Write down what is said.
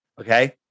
Okay